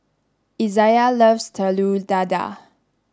Izayah loves Telur Dadah